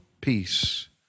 peace